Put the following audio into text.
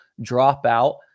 dropout